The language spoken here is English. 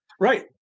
Right